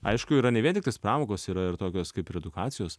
aišku yra ne vien tiktais pramogos yra ir tokios kaip ir edukacijos